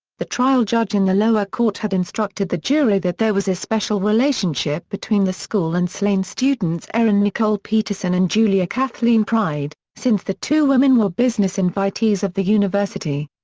the trial judge in the lower court had instructed the jury that there was a special relationship between the school and slain students erin nicole peterson and julia kathleen pryde, since the two women were business invitees of the university.